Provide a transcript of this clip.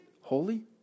holy